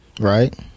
Right